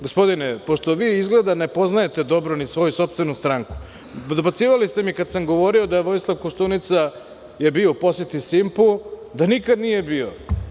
Gospodine pošto vi izgleda ne poznajete dobro ni svoju sopstvenu stranku, dobacivali ste mi kad sam govorio da Vojislav Koštunica je bio u poseti „Simpu“ da nikad nije bio.